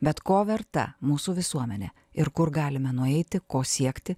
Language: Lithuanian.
bet ko verta mūsų visuomenė ir kur galime nueiti ko siekti